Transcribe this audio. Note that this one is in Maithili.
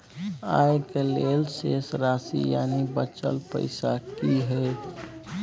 आय के लेल शेष राशि यानि बचल पैसा की हय?